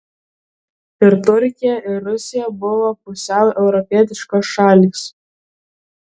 ir turkija ir rusija buvo pusiau europietiškos šalys